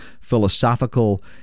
philosophical